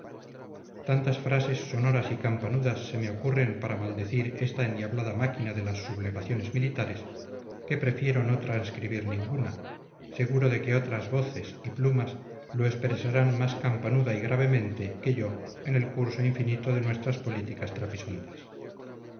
tantas frases sonoras y campanudas se me ocurren para maldecir esta endiablada máquina de las sublevaciones militares que prefiero no transcribir ninguna seguro de que otras voces y plumas lo expresarán más campanuda y gravemente que yo en el curso infinito de nuestras políticas trapisondas